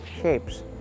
shapes